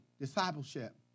discipleship